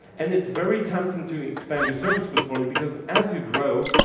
and it's very tempting to expand your service portfolio because as you grow,